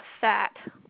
Fat